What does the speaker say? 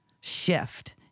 shift